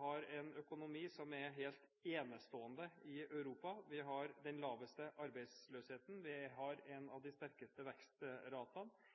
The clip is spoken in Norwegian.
har en økonomi som er helt enestående i Europa. Vi har den laveste arbeidsløsheten. Vi har en av de sterkeste vekstratene.